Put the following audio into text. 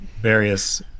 various